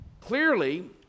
Clearly